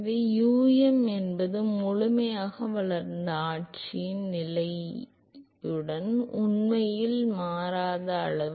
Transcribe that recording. எனவே உம் என்பது முழுமையாக வளர்ந்த ஆட்சியில் பின் நிலையுடன் உண்மையில் மாறாத அளவு